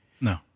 no